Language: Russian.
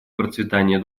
процветания